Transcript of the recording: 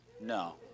No